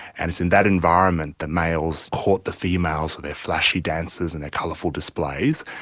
and it's in that environment the males caught the females with their flashy dances and colourful displays,